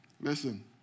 Listen